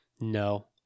No